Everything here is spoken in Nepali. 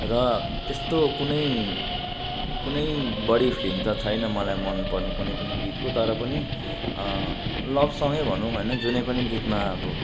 र त्यस्तो कुनै कुनै बढी फिल्म त छैन मलाई मनपर्ने कुनै पनि गीतको तर पनि लभ सङ्गै भनौँ होइन जुनै पनि गीतमा अब